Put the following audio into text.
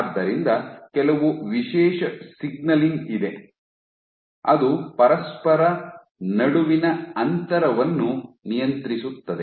ಆದ್ದರಿಂದ ಕೆಲವು ವಿಶೇಷ ಸಿಗ್ನಲಿಂಗ್ ಇದೆ ಅದು ಪರಸ್ಪರ ನಡುವಿನ ಅಂತರವನ್ನು ನಿಯಂತ್ರಿಸುತ್ತದೆ